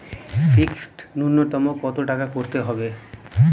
Fixed নুন্যতম কত টাকা করতে হবে?